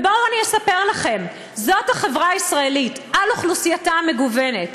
ובואו אני אספר לכם: זאת החברה הישראלית על אוכלוסייתה המגוונת.